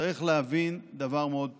צריך להבין דבר מאוד פשוט: